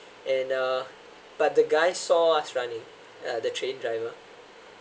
and uh but the guy saw us running uh the train driver